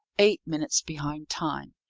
eight minutes behind time,